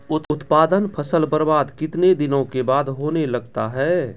उत्पादन फसल बबार्द कितने दिनों के बाद होने लगता हैं?